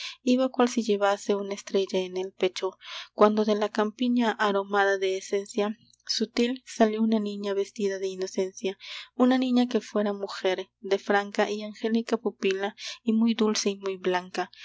iba cual si llevase una estrella en el pecho cuando de la campiña aromada de esencia sutil salió una niña vestida de inocencia una niña que fuera una mujer de franca y angélica pupila y muy dulce y muy blanca